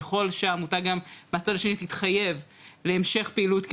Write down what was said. ככל שהעמותה גם מהצד השני תתחייב להמשך פעילות,